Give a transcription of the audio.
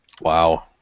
Wow